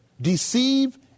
deceive